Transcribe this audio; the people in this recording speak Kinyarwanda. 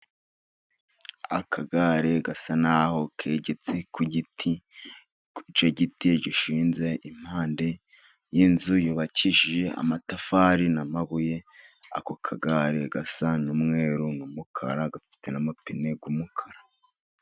Akagare gasa naho kegetse ku giti, icyo giti gishinze impande y'inzu yubakishije amatafari n'amabuye, ako kagare gasa n'umweru n'umukara, gafite n'amapine y'umukara.